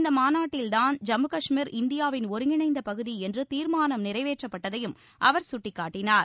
இந்த மாநாட்டில்தான் ஜம்மு கஷ்மீர் இந்தியாவின் ஒருங்கிணைந்த பகுதி என்று தீர்மானம் நிறைவேற்றப்பட்டதையும் அவர் சுட்டிக்காட்டினார்